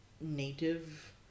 Native